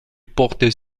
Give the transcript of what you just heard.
porter